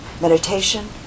Meditation